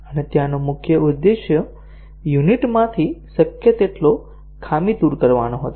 અને ત્યાંનો મુખ્ય ઉદ્દેશ યુનિટ માંથી શક્ય તેટલો ખામી દૂર કરવાનો હતો